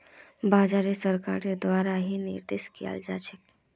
बाजारोक सरकारेर द्वारा ही निर्देशन कियाल जा छे